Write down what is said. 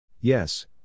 Yes